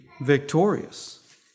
victorious